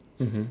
mmhmm